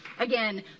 Again